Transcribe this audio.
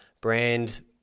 brand